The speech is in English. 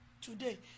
today